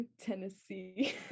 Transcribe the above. Tennessee